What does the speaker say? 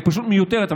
היא פשוט מיותרת.